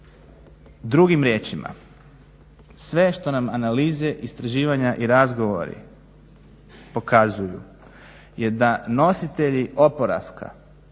Drugim riječima, sve što nam analize istraživanja i razgovori pokazuju je da nositelji oporavka